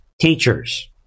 teachers